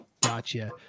Gotcha